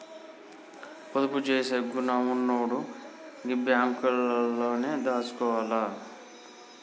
పొదుపు జేసే గుణమున్నోడు గీ బాంకులల్లనే దాసుకోవాల